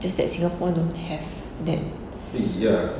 just that singapore don't have that